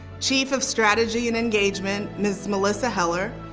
chief of strategy and engagement, ms. melissa heller.